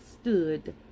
stood